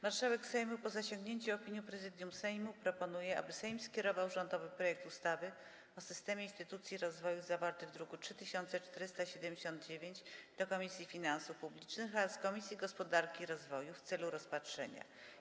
Marszałek Sejmu, po zasięgnięciu opinii Prezydium Sejmu, proponuje, aby Sejm skierował rządowy projekt ustawy o systemie instytucji rozwoju, zawarty w druku nr 3479, do Komisji Finansów Publicznych oraz Komisji Gospodarki i Rozwoju w celu rozpatrzenia.